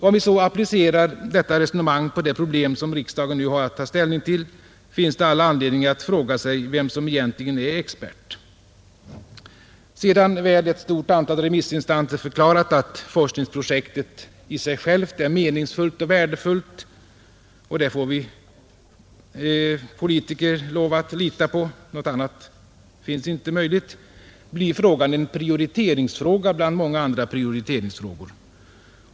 Om vi så applicerar detta resonemang på det problem som riksdagen nu har att ta ställning till, finns det all anledning att fråga sig vem som egentligen är expert. Sedan väl ett stort antal remissinstanser förklarat att forskningsprojektet i sig självt är meningsfullt och värdefullt — och det får vi politiker lov att lita på; något annat är inte möjligt — blir frågan en prioriteringsfråga bland många andra prioriteringsfrågor.